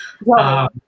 Wow